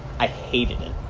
i hated it.